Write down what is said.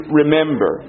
remember